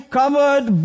covered